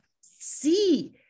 see